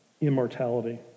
immortality